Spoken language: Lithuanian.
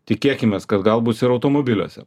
tikėkimės kad gal bus ir automobiliuose